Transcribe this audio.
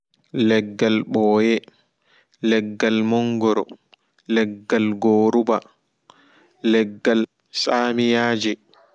Leggal ɓooye leggal mongoro leggal goruɓa leggal samiyaaje